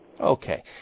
Okay